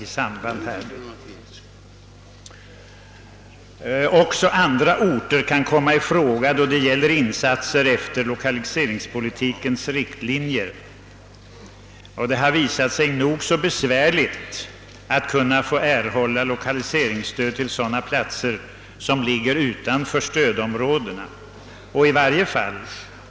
Det har sagts att också andra orter kan komma i fråga då det gäller insatser efter lokaliseringspolitikens riktlinjer. Men det har visat sig nog så besvärligt att erhålla lokaliseringsstöd till platser som ligger utanför stödområdena.